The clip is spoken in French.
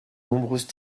nombreuses